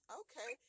okay